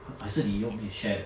还是你用你 share 的